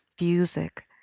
music